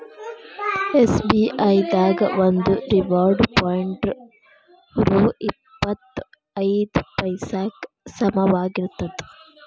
SBI ದಾಗ ಒಂದು reward point ರೊ ಇಪ್ಪತ್ ಐದ ಪೈಸಾಕ್ಕ ಸಮನಾಗಿರ್ತದ